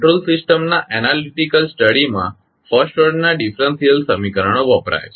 control system ના analytical study માં first ઓર્ડરના ડિફરેંશિયલ સમીકરણો વપરાય છે